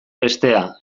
bestea